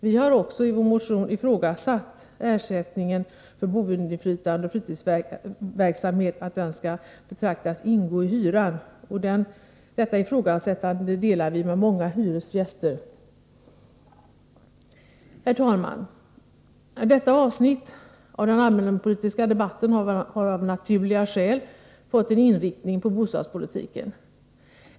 Vi har också i vår motion ifrågasatt att bl.a. ersättningen för boinflytande och fritidsverksamhet skall betraktas ingå i hyran. Detta ifrågasättande delar vi med många hyresgäster. Herr talman! Detta avsnitt av den allmänpolitiska debatten har av naturliga skäl fått en inriktning på bostadspolitiken.